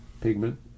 pigment